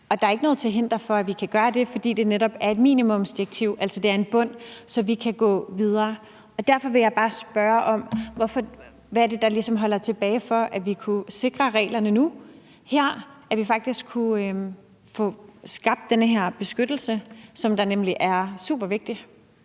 der er ikke noget til hinder for, at vi kan gøre det, fordi det netop er et minimumsdirektiv, altså, det er en bund, så vi kan gå videre derfra. Derfor vil jeg bare spørge: Hvad er det, der ligesom holder os tilbage i forhold til at kunne sikre reglerne nu og her, så vi faktisk kunne få skabt den her beskyttelse, som nemlig er supervigtig?